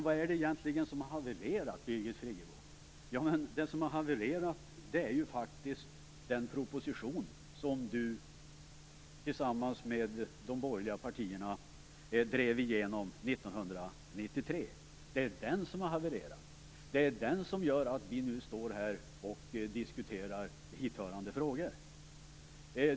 Vad är det egentligen som har havererat, Birgit Friggebo? Det är faktiskt den proposition som du tillsammans med de borgerliga partierna drev igenom 1993 som har havererat. Det är det som gör att vi nu står här och diskuterar hithörande frågor.